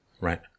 right